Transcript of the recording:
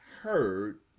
heard